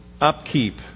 upkeep